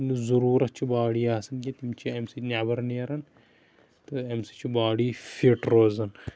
نہٕ ضروٗرَت چھِ باڈی آسان کینٛہہ تِم چھِ امہِ سۭتۍ نٮ۪بَر نیران تہٕ امہ سۭتۍ چھِ باڈی فِٹ روزان